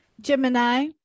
gemini